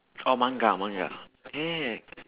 oh manga manga yeah